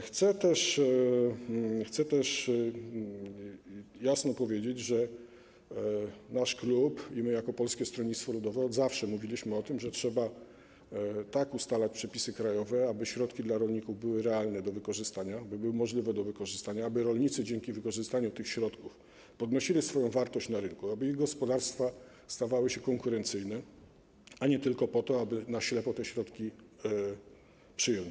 Chcę też jasno powiedzieć, że nasz klub i my jako Polskie Stronnictwo Ludowe od zawsze mówiliśmy o tym, że trzeba tak ustalać przepisy krajowe, aby środki dla rolników były realne do wykorzystania, aby były możliwe do wykorzystania, aby rolnicy dzięki wykorzystaniu tych środków podnosili swoją wartość na rynku, aby ich gospodarstwa stawały się konkurencyjne, a nie tylko po to, aby na ślepo te środki przyjąć.